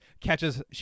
catches